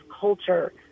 culture